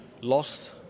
lost